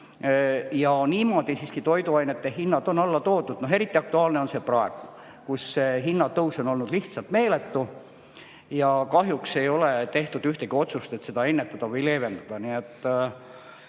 Niimoodi on toiduainete hinnad siiski alla toodud. Eriti aktuaalne on see praegu, kui hinnatõus on olnud lihtsalt meeletu. Kahjuks ei ole tehtud ühtegi otsust, et seda ennetada või leevendada.